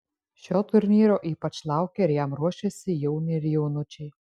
šio turnyro ypač laukia ir jam ruošiasi jauniai ir jaunučiai